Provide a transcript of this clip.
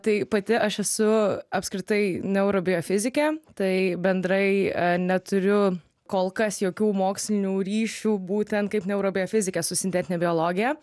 tai pati aš esu apskritai neurobiofizikė tai bendrai neturiu kolkas jokių mokslinių ryšių būtent kaip neurobiofizikė su sintetine biologija